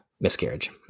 miscarriage